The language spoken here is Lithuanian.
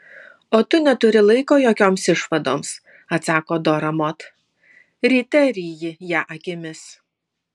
o tu neturi laiko jokioms išvadoms atsako dora mod ryte ryji ją akimis